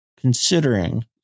Considering